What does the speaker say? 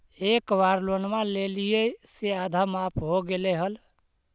एक बार लोनवा लेलियै से आधा माफ हो गेले हल?